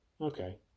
Okay